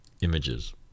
Images